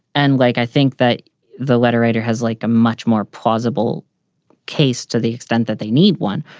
and like i think that the letter writer has like a much more plausible case to the extent that they need one.